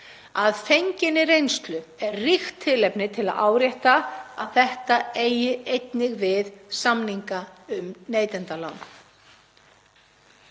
Að fenginni reynslu er ríkt tilefni til að árétta að þetta eigi einnig við samninga um neytendalán.